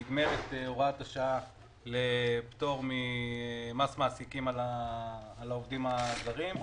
מסתיימת הוראת השעה לפטור ממס מעסיקים על העובדים הזרים.